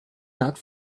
not